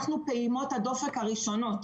אנחנו פעימות הדופק הראשונות.